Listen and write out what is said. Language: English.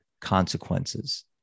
consequences